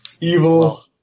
evil